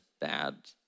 bad